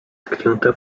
tknięte